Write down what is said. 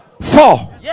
Four